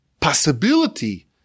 possibility